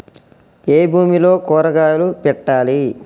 ఏ భూమిలో కూరగాయలు పెట్టాలి?